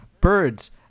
birds